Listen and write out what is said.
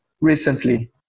recently